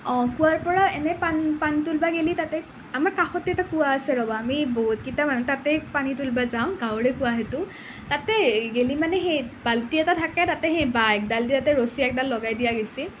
কুঁৱাৰ পৰা এনেই পানী তুলিব গ'লে তাতেই আমাৰ কাষতে এটা কুঁৱা আছে ৰ'ব আমি বহুতকেইটা মানুহে তাতেই পানী তুলিব যাওঁ গাঁৱৰে কুঁৱা সেইটো তাতে গ'লে মানে সেই বাল্টি এটা থাকে তাতেই সেই বাঁহ এডালত ৰছী এডাল লগাই দিয়া গৈছে